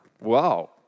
Wow